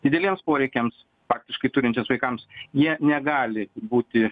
dideliems poreikiams faktiškai turintiems vaikams jie negali būti